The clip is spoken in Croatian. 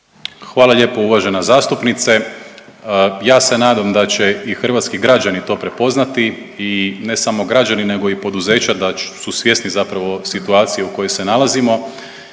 Hvala lijepo uvažena zastupnice. Ja se nadam da će i hrvatski građani to prepoznati i ne samo građani nego i poduzeća da su svjesni zapravo situacije u kojoj se nalazimo